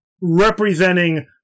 representing